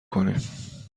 کنیم